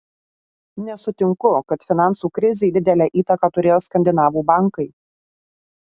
nesutinku kad finansų krizei didelę įtaką turėjo skandinavų bankai